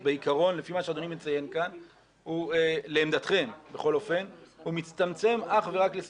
בסוף סוף כשיש כאן כמה ערכים מתנגשים